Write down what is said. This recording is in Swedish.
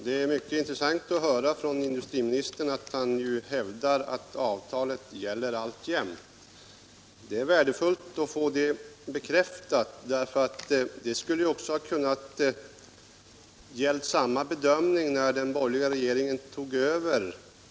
Herr talman! Det är intressant att höra att industriministern hävdar att avtalet alltjämt gäller. Det är värdefullt att få detta bekräftat därför att samma bedömning skulle ha kunnat gälla när den borgeriiga rege ringen tog över.